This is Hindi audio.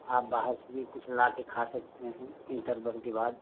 आप बाहर से भी कुछ लाकर खा सकते हैं इंटरबल के बाद